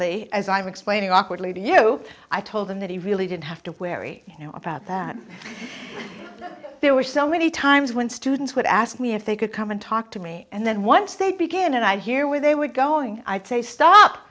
y as i'm explaining awkwardly to you i told him that he really didn't have to wary about that there were so many times when students would ask me if they could come and talk to me and then once they begin and i hear where they were going i'd say stop